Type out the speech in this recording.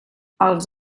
els